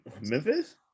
Memphis